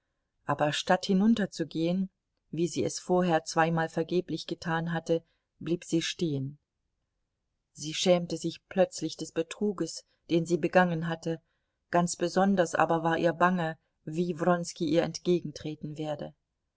aber statt hinunterzugehen wie sie es vorher zweimal vergeblich getan hatte blieb sie stehen sie schämte sich plötzlich des betruges den sie begangen hatte ganz besonders aber war ihr bange wie wronski ihr entgegentreten werde